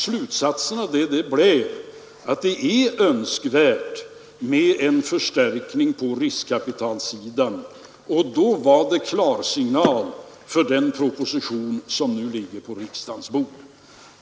Slutsatsen blev att det är önskvärt med en förstärkning på riskkapitalsidan, och då var det klarsignal för den proposition som nu ligger på riksdagens bord.